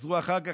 חזרו אחר כך,